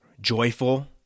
joyful